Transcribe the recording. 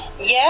Yes